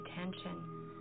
attention